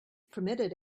permitted